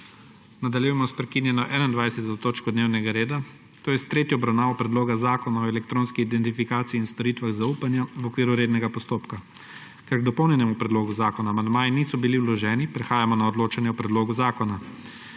Nadaljujemo sprekinjeno 21. točko dnevnega reda, to je s tretjo obravnavo Predloga zakona o elektronski identifikaciji in storitvah zaupanja v okviru rednega postopka. Ker k dopolnjenemu predlogu zakona amandmaji niso bili vloženi, prehajamo na odločanje o predlogu zakona.